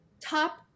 Top